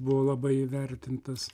buvo labai įvertintas